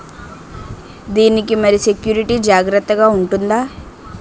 దీని కి మరి సెక్యూరిటీ జాగ్రత్తగా ఉంటుందా?